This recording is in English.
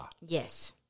Yes